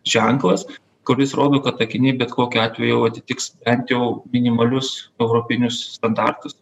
ženklas kuris rodo kad akiniai bet kokiu atveju jau atitiks bent jau minimalius europinius standartus